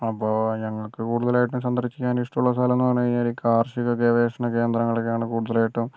അപ്പം ഞങ്ങൾക്ക് കൂടുതലായിട്ടും സന്ദർശിക്കാൻ ഇഷ്ടമുള്ള സ്ഥലം എന്ന് പറഞ്ഞു കഴിഞ്ഞാൽ കാർഷിക ഗവേഷണ കേന്ദ്രങ്ങളൊക്കെ ആണ് കൂടുതലായിട്ടും